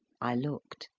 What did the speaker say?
i looked,